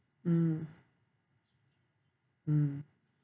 mm mm